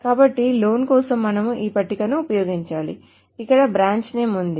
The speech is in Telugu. కాబట్టిలోన్ కోసం మనము ఈ పట్టికను ఉపయోగించాలి ఇక్కడ బ్రాంచ్ నేమ్ ఉంది